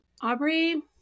Aubrey